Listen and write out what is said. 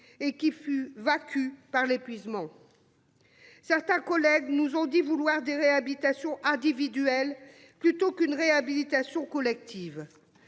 et qui fut cul par l'épuisement. Certains collègues nous ont dit vouloir des réhabilitations individuelles plutôt qu'une réhabilitation collective.